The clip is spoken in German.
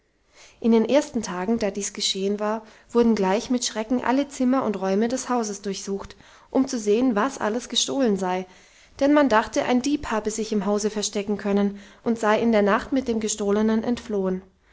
in den ersten tagen da dies geschehen war wurden gleich mit schrecken alle zimmer und räume des hauses durchsucht um zu sehen was alles gestohlen sei denn man dachte ein dieb habe sich im hause verstecken können und sei in der nacht mit dem gestohlenen entflohen